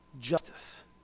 justice